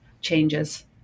changes